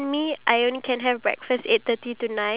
mine is like a just mini one